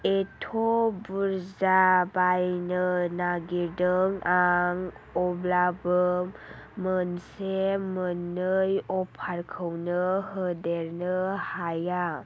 at' बुर्जा बायनो नागिरदों आं अब्लाबो मोनसे मोन्नै अफारखौनो होदेरनो हाया